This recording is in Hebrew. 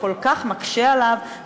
שכל כך מקשה עליו,